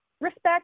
respect